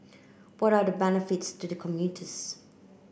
what are the benefits to the commuters